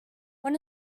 when